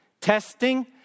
testing